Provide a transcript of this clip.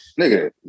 Nigga